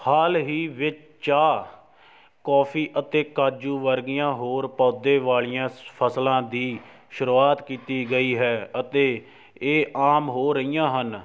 ਹਾਲ ਹੀ ਵਿੱਚ ਚਾਹ ਕੌਫੀ ਅਤੇ ਕਾਜੂ ਵਰਗੀਆਂ ਹੋਰ ਪੌਦੇ ਵਾਲੀਆਂ ਸ ਫਸਲਾਂ ਦੀ ਸ਼ੁਰੂਆਤ ਕੀਤੀ ਗਈ ਹੈ ਅਤੇ ਇਹ ਆਮ ਹੋ ਰਹੀਆਂ ਹਨ